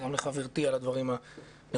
וגם לחברתי על הדברים הנכונים.